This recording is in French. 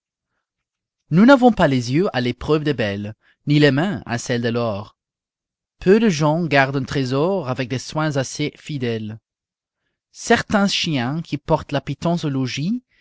nous n'avons pas les yeux à l'épreuve des belles ni les mains à celle de l'or peu de gens gardent un trésor avec des soins assez fidèles certain chien qui portait la